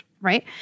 right